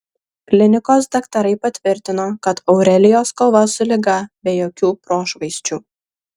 klinikos daktarai patvirtino kad aurelijos kova su liga be jokių prošvaisčių